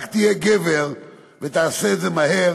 רק תהיה גבר ותעשה את זה מהר.